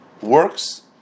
works